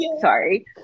Sorry